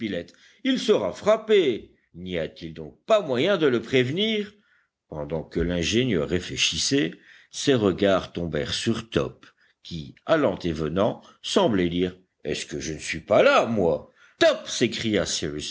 il sera frappé n'y a-t-il donc pas moyen de le prévenir pendant que l'ingénieur réfléchissait ses regards tombèrent sur top qui allant et venant semblait dire est-ce que je ne suis pas là moi top s'écria